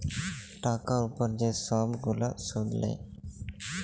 টাকার উপরে যে ছব গুলা সুদ লেয়